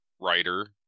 writer